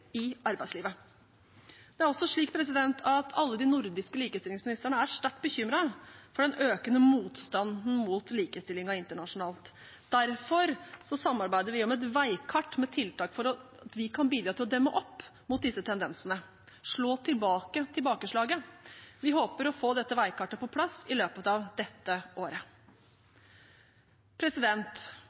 i arbeidslivet. Det er også slik at alle de nordiske likestillingsministrene er sterkt bekymret for den økende motstanden mot likestillingen internasjonalt. Derfor samarbeider vi om et veikart med tiltak for at vi kan bidra til å demme opp mot disse tendensene, slå tilbake tilbakeslaget. Vi håper å få dette veikartet på plass i løpet av dette året.